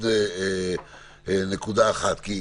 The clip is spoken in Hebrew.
כדי